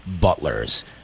Butlers